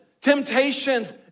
temptations